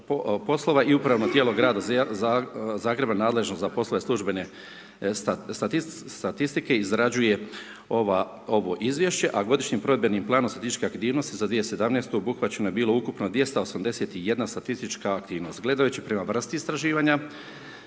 MUP i upravno tijelo grada Zagreba nadležno uza poslove službene statistike izrađuje ovo izvješće a godišnjim provedbenim planom statističkih aktivnosti za 2017. obuhvaćeno je bilo ukupno 281 statistička aktivnost. Gledajući prema vrsti istraživanja,